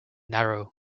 narrow